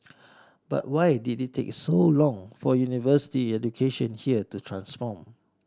but why did it take so long for university education here to transform